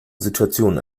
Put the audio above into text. situation